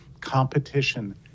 competition